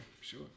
sure